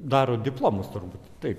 daro diplomus turbūt taip